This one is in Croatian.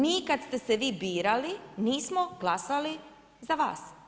Mi kada ste se vi birali nismo glasali za vas.